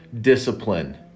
Discipline